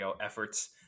efforts